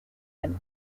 and